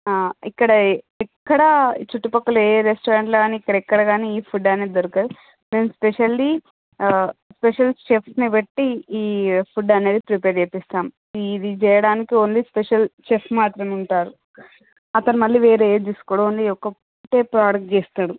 ఇక్కడ ఎక్కడ చుట్టుపక్కల ఏ రెస్టారెంట్లో కాని ఇక్కడెక్కడ కాని ఈ ఫుడ్ అనేది దొరకదు మేం స్పెషల్లీ స్పెషల్ చెఫ్స్ని పెట్టి ఈ ఫుడ్ అనేది ప్రిపేర్ చేయిస్తాం ఇది చేయడానికి ఓన్లీ స్పెషల్ చెఫ్ మాత్రం ఉంటారు అతను మళ్లీ వేరే ఏది చూసుకోడు ఓన్లీ ఇదొక్కటే ప్రాడక్ట్ చేస్తడు